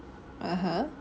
(uh huh)